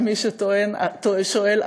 למי ששואל,